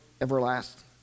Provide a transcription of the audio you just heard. everlasting